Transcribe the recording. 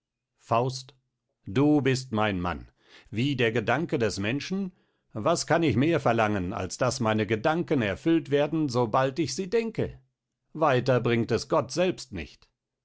faust du bist mein mann wie der gedanke des menschen was kann ich mehr verlangen als daß meine gedanken erfüllt werden sobald ich sie denke weiter bringt es gott selbst nicht